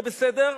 יהיה בסדר,